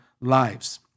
lives